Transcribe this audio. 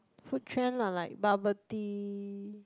food trend lah like bubble tea